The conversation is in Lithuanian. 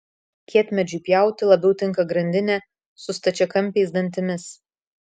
kietmedžiui pjauti labiau tinka grandinė su stačiakampiais dantimis